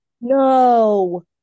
No